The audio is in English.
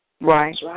Right